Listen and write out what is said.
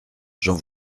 j’en